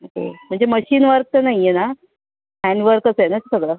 okay म्हणजे machine work तर नाही आहे ना हँडवर्कच आहे ना सगळं